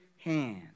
hands